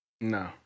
No